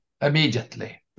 immediately